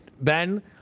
Ben